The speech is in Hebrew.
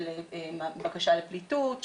של בקשה לפליטות,